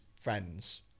friends